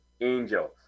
angels